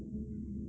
mm